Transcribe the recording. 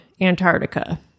Antarctica